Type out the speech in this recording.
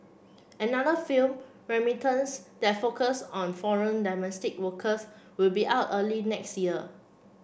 another film Remittance that focus on foreign domestic workers will be out early next year